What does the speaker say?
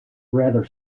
rather